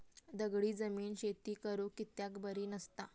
दगडी जमीन शेती करुक कित्याक बरी नसता?